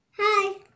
Hi